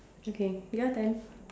okay your turn